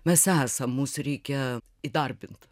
mes esam mus reikia įdarbint